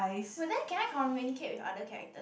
but then can I communicate with other characters